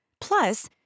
Plus